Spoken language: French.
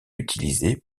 utilisés